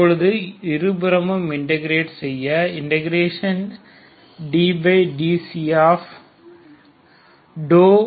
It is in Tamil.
தற்பொழுது இருபுறமும் இன்டிகிரேட் செய்ய dξ e 3